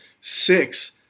six